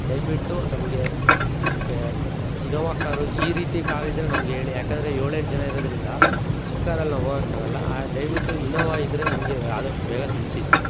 ದಯವಿಟ್ಟು ನಮಗೆ ನಿಮಗೆ ಇನೋವ ಕಾರು ಈ ರೀತಿ ಕಾರಿದ್ದರೆ ನಮಗೆ ಹೇಳಿ ಯಾಕಂದರೆ ಏಳು ಎಂಟು ಜನ ಇರೋದ್ರಿಂದ ಚಿಕ್ಕ ಕಾರಲ್ಲಿ ನಾವು ಹೋಗಕ್ಕೆ ಆಗಲ್ಲ ದಯವಿಟ್ಟು ಇನೋವ ಇದ್ದರೆ ನಮಗೆ ಆದಷ್ಟು ಬೇಗ ತಿಳಿಸಿ ಸರ್